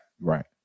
Right